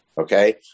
okay